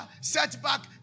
setback